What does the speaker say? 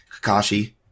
kakashi